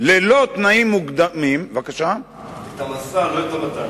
תנאים מוקדמים, את המשא.